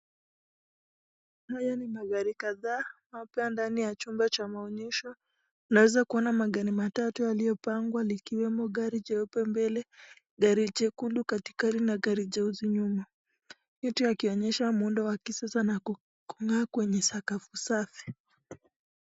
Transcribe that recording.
Haya ni magari kadhaa mapya ndani ya chumba cha maonyesho. Naeza kuona magari matatu yaliyopangwa likiwemo gari jeupe mbele, gari jekundu katikati na gari jeusi nyuma yote yakionyesha mhundo wa kisasa na kung'aa kwenye sakafu safi.